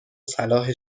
صلاح